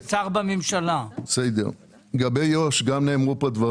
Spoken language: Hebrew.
נאמרו כאן דברים גם לגבי יהודה ושומרון.